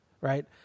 Right